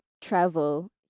travel